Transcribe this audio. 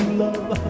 love